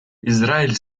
израиль